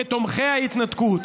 כתומכי ההתנתקות,